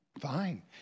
fine